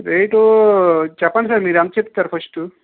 wait చెప్పండి sir మీరు ఎంత చెప్తారు ఫస్ట్